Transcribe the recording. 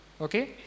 Okay